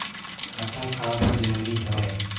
खाता का बर जरूरी हवे?